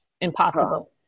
impossible